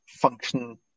function